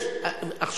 אני